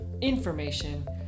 information